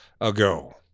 ago